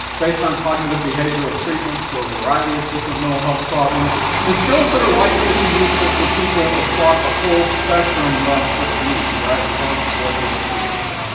based on cognitive behavioral treatments for a variety of different mental health problems and skills that are likely to be useful for people across a whole spectrum of sort of needs, right, regardless of what they're experiencing.